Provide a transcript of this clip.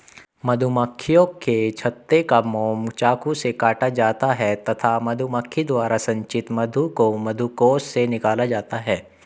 मधुमक्खियों के छत्ते का मोम चाकू से काटा जाता है तथा मधुमक्खी द्वारा संचित मधु को मधुकोश से निकाला जाता है